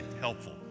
Helpful